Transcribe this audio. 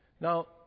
Now